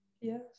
yes